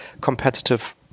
competitive